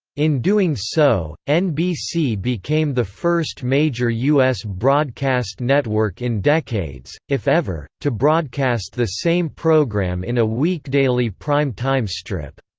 in doing so, nbc became the first major u s. broadcast network in decades, if ever, to broadcast the same program in a weekdaily prime time strip.